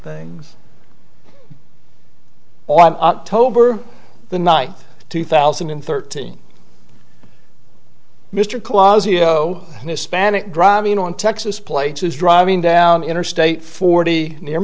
things on october the night two thousand and thirteen mr claus you know hispanic driving on texas plates is driving down interstate forty near